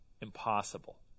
impossible